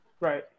Right